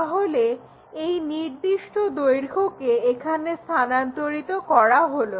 তাহলে এই নির্দিষ্ট দৈর্ঘ্যকে এখানে স্থানান্তরিত করা হলো